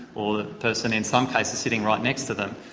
or the person in some cases sitting right next to them.